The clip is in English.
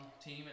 team